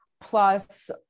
plus